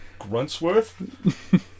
gruntsworth